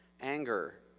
anger